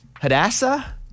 Hadassah